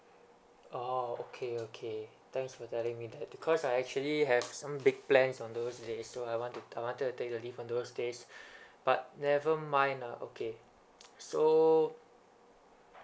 orh okay okay thanks for telling me that because I actually have some big plans on those days so I want to I wanted to take the leave on those days but nevermind uh okay so